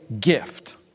gift